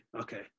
Okay